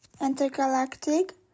Intergalactic